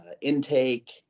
intake